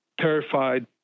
terrified